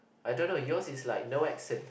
I don't know yours is like no accent